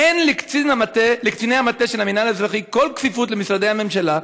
אין לקציני המטה של המינהל האזרחי כל כפיפות למשרדי הממשלה,